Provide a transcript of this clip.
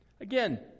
Again